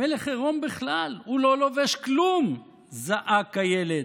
המלך עירום בכלל, הוא לא לובש כלום, זעק הילד.